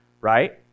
right